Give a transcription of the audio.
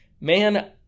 man